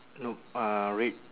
no uh red